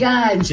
God